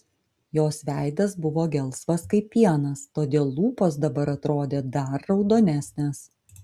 jos veidas buvo gelsvas kaip pienas todėl lūpos dabar atrodė dar raudonesnės